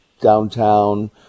downtown